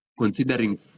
considering